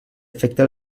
efecte